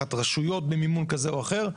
תחת רשויות במימון כזה או אחר,